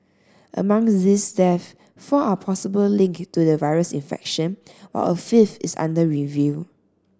among these deaths four are possible linked to the virus infection while a fifth is under review